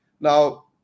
Now